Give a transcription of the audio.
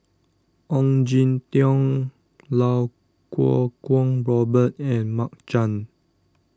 Ong Jin Teong Lau Kuo Kwong Robert and Mark Chan